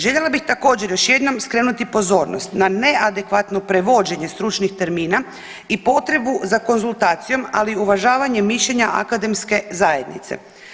Željela bih također još jednom skrenuti pozornost na neadekvatno prevođenje stručnih termina i potrebu za konzultacijom, ali i uvažavanje mišljenja akademske zajednice.